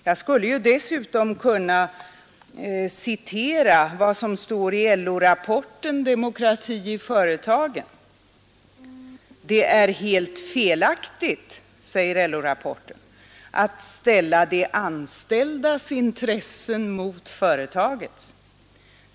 Jag skulle dock kunna citera vad som står i LO-rapporten Demokrati i företagen: ”Det är helt felaktigt att ställa de anställdas intressen mot företagets.